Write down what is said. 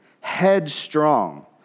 headstrong